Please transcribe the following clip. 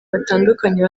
batandukanye